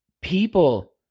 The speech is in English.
People